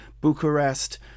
Bucharest